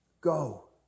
Go